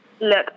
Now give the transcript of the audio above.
Look